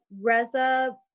Reza